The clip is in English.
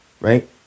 Right